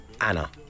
Anna